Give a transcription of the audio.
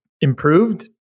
improved